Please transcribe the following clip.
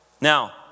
Now